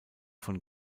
von